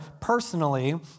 personally